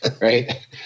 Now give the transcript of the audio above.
right